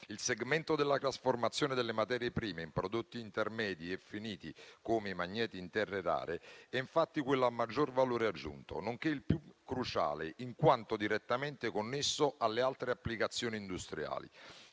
Il segmento della trasformazione delle materie prime in prodotti intermedi e finiti, come i magneti in terre rare, è infatti quello a maggior valore aggiunto, nonché il più cruciale, in quanto direttamente connesso alle altre applicazioni industriali.